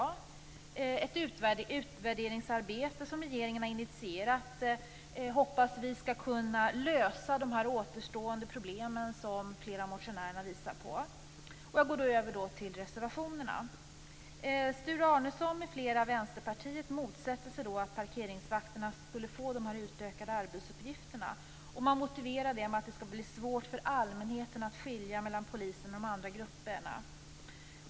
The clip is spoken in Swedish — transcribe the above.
Vi hoppas att ett utvärderingsarbete som regeringen har initierat skall kunna lösa de återstående problem som flera av motionärerna visar på. Jag går då över till att kommentera motionerna med anledning av propositionen. Sture Arnesson m.fl. i Vänsterpartiet motsätter sig att parkeringsvakterna får dessa utökade arbetsuppgifter. Man motiverar det med att det blir svårt för allmänheten att skilja mellan polisen och de andra grupperna.